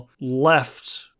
left